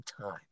time